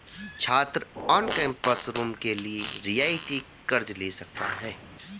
छात्र on campus room के लिए रियायती कर्ज़ ले सकता है